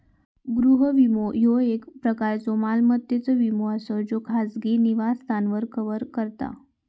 गृह विमो, ह्यो एक प्रकारचो मालमत्तेचो विमो असा ज्यो खाजगी निवासस्थान कव्हर करता